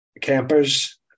Campers